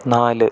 നാല്